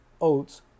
oats